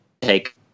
take